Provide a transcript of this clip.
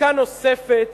לבדיקה נוספת